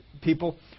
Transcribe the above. people